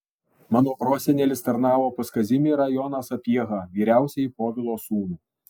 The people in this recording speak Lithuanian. mano prosenelis tarnavo pas kazimierą joną sapiehą vyriausiąjį povilo sūnų